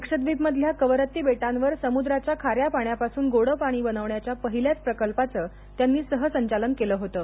लक्षद्वीपमधल्या कवरट्टी बेटांवर समुद्राच्या खाऱ्या पाण्यापासून गोडं पाणी बनवण्याच्या पहिल्याच प्रकल्पाचं त्यांनी सह संचालन केलं होतं